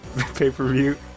pay-per-view